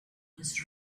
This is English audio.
was